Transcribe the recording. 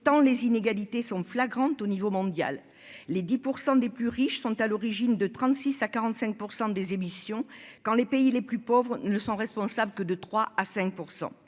tant les inégalités sont flagrantes au niveau mondial les 10 pour 100 des plus riches sont à l'origine de 36 à 45 % des émissions quand les pays les plus pauvres ne sont responsables que de 3 à 5